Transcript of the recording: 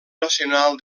nacional